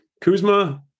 Kuzma